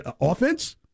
offense